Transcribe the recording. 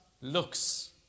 Looks